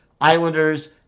Islanders